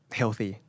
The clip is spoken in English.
healthy